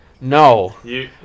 no